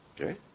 Okay